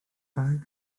bag